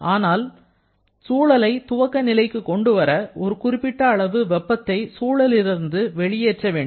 ஆனால் சூழலை துவக்க நிலைக்கு கொண்டுவர ஒரு குறிப்பிட்ட அளவு வெப்பத்தை சூழலிலிருந்து வெளியேற்ற வேண்டும்